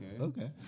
Okay